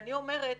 ואני אומרת,